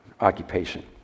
occupation